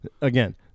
again